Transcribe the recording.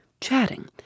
chatting